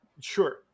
sure